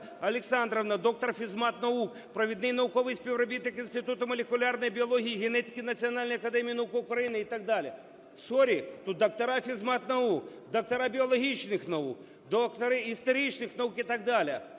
Олександрівна, доктор фізматнаук, провідний науковий співробітник Інституту молекулярної біології і генетики Національної академії наук України і так далі. Сорі, тут доктори фізматнаук, доктори біологічних наук, доктори історичних наук і так далі.